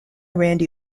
randy